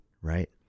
Right